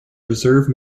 reserve